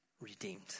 redeemed